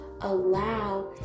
allow